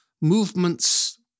movements